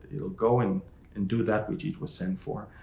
it'll go and and do that which it was sent for.